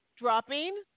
Dropping